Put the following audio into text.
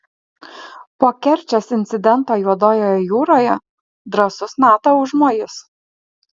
po kerčės incidento juodojoje jūroje drąsus nato užmojis